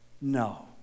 no